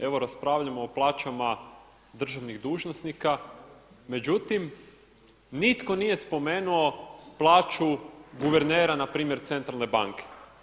Evo raspravljamo o plaćama državnih dužnosnika, međutim nitko nije spomenuo plaću guvernera na primjer Centralne banke.